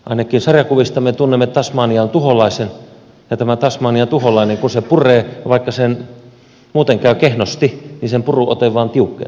ainakin sarjakuvista me tunnemme tasmanian tuholaisen ja kun tämä tasmanian tuholainen puree vaikka sen muuten käy kehnosti sen puruote vain tiukkenee